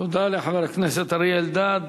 תודה לחבר הכנסת אריה אלדד.